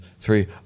three